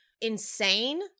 insane